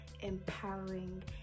empowering